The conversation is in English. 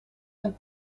and